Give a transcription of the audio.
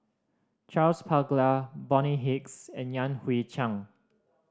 Charles Paglar Bonny Hicks and Yan Hui Chang